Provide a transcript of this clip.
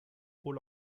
haut